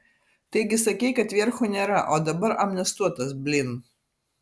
taigi sakei kad vierchų nėra o dabar amnestuotas blin